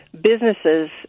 businesses